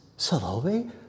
Salome